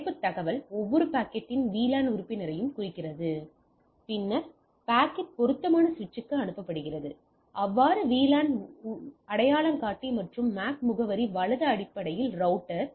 தலைப்பு தகவல் ஒவ்வொரு பாக்கெட்டின் VLAN உறுப்பினரையும் குறிக்கிறது பின்னர் பாக்கெட் பொருத்தமான சுவிட்சுக்கு அனுப்பப்படுகிறது அல்லது VLAN அடையாளங்காட்டி மற்றும் MAC முகவரி வலது அடிப்படையில் ரௌட்டர்